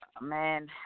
Man